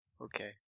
Okay